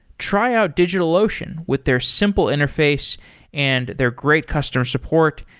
try out digitalocean with their simple interface and their great customer support,